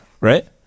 right